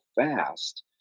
fast